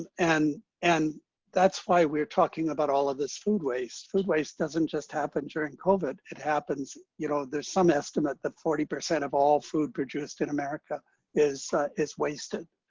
and and that's why we're talking about all of this food waste. food waste doesn't just happen during covid. it happens you know, there's some estimate that forty percent of all food produced in america is is wasted.